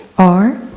are,